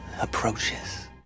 approaches